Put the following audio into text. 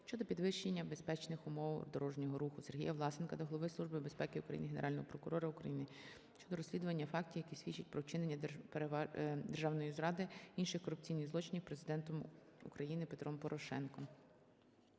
щодо підвищення безпечних умов дорожнього руху. СергіяВласенка до Голови Служби безпеки України, Генерального прокурора України щодо розслідування фактів, які свідчать про вчинення державної зради, інших корупційних злочинів Президентом України Петром Порошенком.